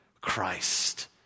Christ